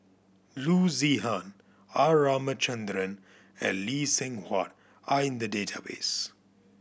Loo Zihan R Ramachandran and Lee Seng Huat are in the database